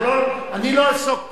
אני לא אפסוק פה.